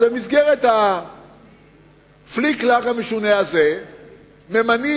אז במסגרת הפליק-פלאק המשונה הזה ממנים